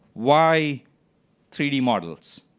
why three d models?